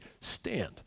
stand